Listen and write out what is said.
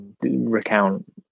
recount